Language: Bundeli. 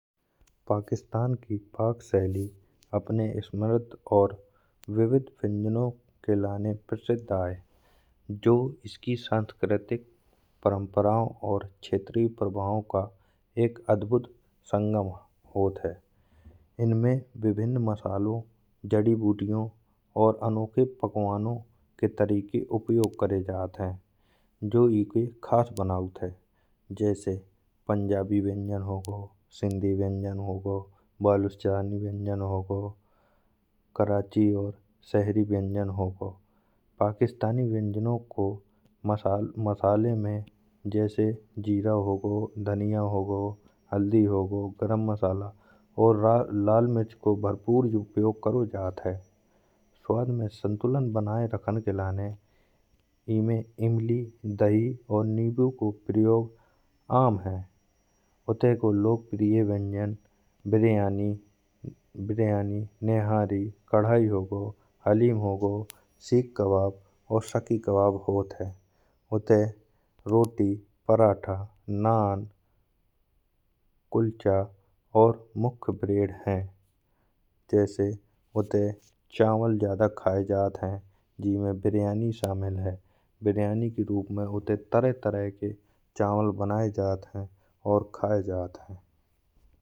पाकिस्तान की पाक शैली अपने स्वादिष्ट और विविध व्यंजनों के लिए प्रसिद्ध है। जो इसकी सांस्कृतिक परंपराओं और क्षेत्रीय प्रभाव का एक अद्भुत संगम होते हैं। इनमें विभिन्न मसालों, जड़ी-बूटियों और अनोखे पकवानों के तरीके उपयोग किए जाते हैं। जो इसे खास बनाते हैं, जैसे पंजाबी व्यंजन हों, गाओ सिंधी व्यंजन हों, गाओ बलूचिस्तान व्यंजन हों, कराची और शहरी व्यंजन हों। पाकिस्तानी व्यंजनों में मसाले जैसे जीरा हो, धनिया हो, हल्दी हो, गरम मसाला और लाल मिर्च का भरपूर उपयोग किया जाता है। स्वाद में संतुलन बनाए रखने के लिए इनमें इमली, दही और नींबू का प्रयोग आम है। उदाहरण के लिए, लोकप्रिय व्यंजन बिरयानी, निहारी, कड़ाही हों, हलीम, और सीख कबाब होते हैं। अलावा रोटी, पराठा, नान, कुलचा और मुख्य ब्रेड हैं। जैसे उधर चावल ज्यादा खाए जाते हैं। जिसमें बिरयानी शामिल है। बिरयानी के रूप में होते तरह-तरह के चावल बनाए जाते हैं और खाए जाते हैं।